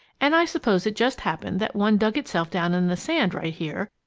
and i suppose it just happened that one dug itself down in the sand right here,